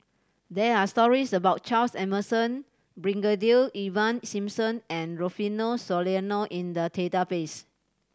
there are stories about Charles Emmerson Brigadier Ivan Simson and Rufino Soliano in the database